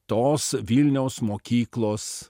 tos vilniaus mokyklos